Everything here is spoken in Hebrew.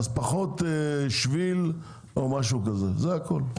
אז פחות שביל או משהו כזה, זה הכול,